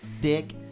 Dick